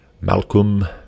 Malcolm